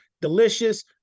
Delicious